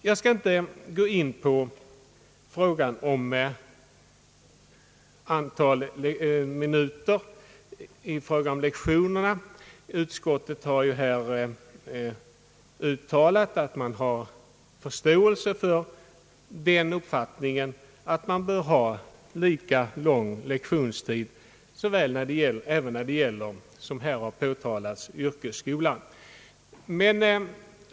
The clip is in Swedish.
Jag skall inte gå in på frågan om antalet minuter per lektion; utskottet har ju här uttalat att det har förståelse för den uppfattningen att lektionstiden bör vara lika lång i en yrkesskola som i andra skolor.